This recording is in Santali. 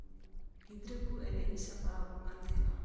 ᱜᱤᱫᱽᱨᱟᱹ ᱠᱚ ᱮᱱᱮᱡ ᱤᱧ ᱥᱟᱯᱲᱟᱣ ᱠᱚ ᱠᱟᱱ ᱛᱟᱦᱮᱱᱚᱜᱼᱟ